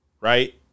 Right